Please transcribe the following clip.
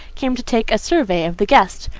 came to take a survey of the guest.